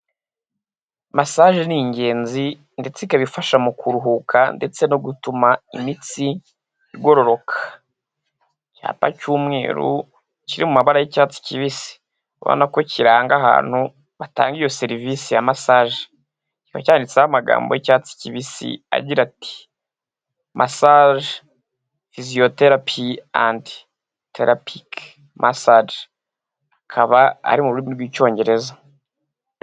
Masaje ni ingenzi ndetse ikaba ifasha mu kuruhuka ndetse no gutuma imitsi igororoka, cyapa cy'umweru kiri mu maba y'icyatsi kibisi ubona ko kiranga ahantu batanga iyo serivisi ya massage ya cyanyanditseho amagambo y'icyatsi kibisi agira ati massage hisiotera p and trapic massage akaba ari mu rurimi rw'icyongereza.